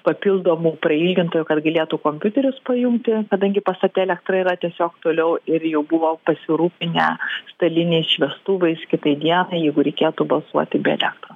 papildomų prailgintojų kad galėtų kompiuterius pajungti kadangi pastate elektra yra tiesiog toliau ir jau buvo pasirūpinę staliniais šviestuvais kitai dienai jeigu reikėtų balsuoti be elektro